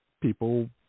people